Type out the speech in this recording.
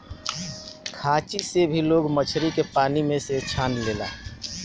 खांची से भी लोग मछरी के पानी में से छान लेला